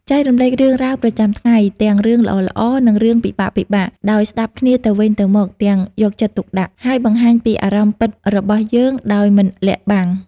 ចែករំលែករឿងរ៉ាវប្រចាំថ្ងៃ ទាំងរឿងល្អៗ និងរឿងពិបាកៗ ដោយស្តាប់គ្នាទៅវិញទៅមកទាំងយកចិត្តទុកដាក់ ហើយបង្ហាញពីអារម្មណ៍ពិតរបស់យើងដោយមិនលាក់បាំង។